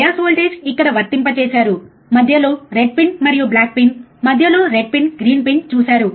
bias voltage ఇక్కడ వర్తింపజేశారు మధ్యలో రెడ్ పిన్ మరియు బ్లాక్ పిన్ మధ్యలో రెడ్ పిన్ గ్రీన్ పిన్ చూశారు